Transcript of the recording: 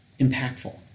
impactful